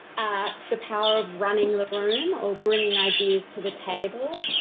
ah the power of running the room or bringing ideas to the table.